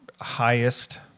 highest